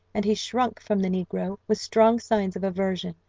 and he shrunk from the negro with strong signs of aversion.